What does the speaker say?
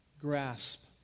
grasp